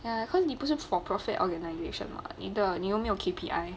ya cause 你不是 for profit organization mah 你的你又没有 K_P_I